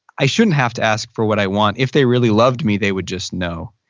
i shouldn't have to ask for what i want. if they really loved me they would just know.